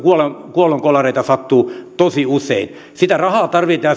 kuolonkolareita sattuu tosi usein sitä rahaa tarvitaan